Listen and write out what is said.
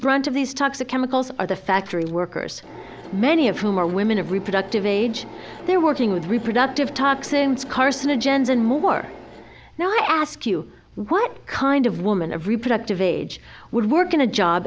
brunt of these toxic chemicals are the factory workers many of whom are women of reproductive age they're working with reproductive toxins carcinogens and more now i ask you what kind of woman of reproductive age would work in a job